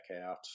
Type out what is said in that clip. out